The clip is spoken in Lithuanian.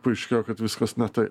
paaiškėjo kad viskas ne tai